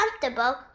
comfortable